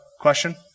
question